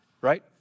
right